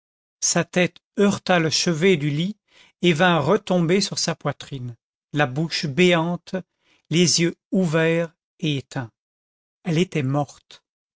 sa tête heurta le chevet du lit et vint retomber sur sa poitrine la bouche béante les yeux ouverts et éteints elle était morte